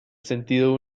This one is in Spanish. sentido